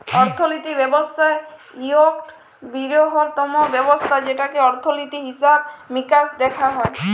অর্থলিতি ব্যবস্থা ইকট বিরহত্তম ব্যবস্থা যেটতে অর্থলিতি, হিসাব মিকাস দ্যাখা হয়